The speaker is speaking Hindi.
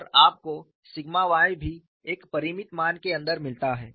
और आपको सिग्मा y भी एक परिमित मान के अंदर मिलता है